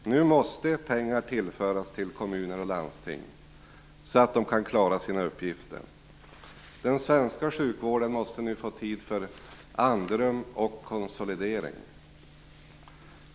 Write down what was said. Nu måste pengar tillföras till kommuner och landsting så att de kan klara sina uppgifter. Den svenska sjukvården måste nu få tid för andrum och konsolidering.